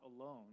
alone